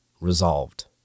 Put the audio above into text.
resolved